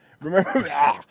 remember